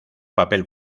papel